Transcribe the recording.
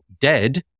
dead